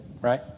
right